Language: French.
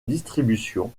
distribution